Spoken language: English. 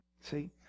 See